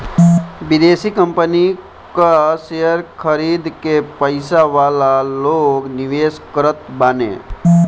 विदेशी कंपनी कअ शेयर खरीद के पईसा वाला लोग निवेश करत बाने